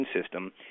system